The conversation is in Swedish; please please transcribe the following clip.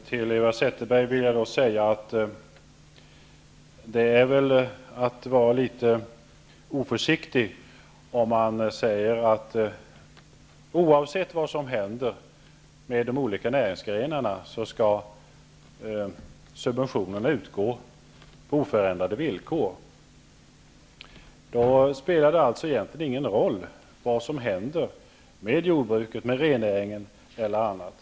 Herr talman! Jag vill till Eva Zetterberg säga att det är att vara litet oförsiktig att kräva att subventionerna skall utgå på oförändrade villkor oavsett vad som händer med de olika näringsgrenarna. Då spelar det egentligen ingen roll vad som händer med jorbruket, rennäringen eller annat.